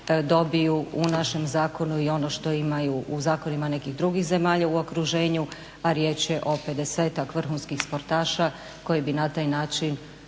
dobiju u našem zakonu i ono što imaju u zakonima nekih drugih zemalja u okruženju, a riječ je o pedesetak vrhunskih sportaša koji bi na taj način